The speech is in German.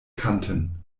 kanten